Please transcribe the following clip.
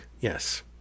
yes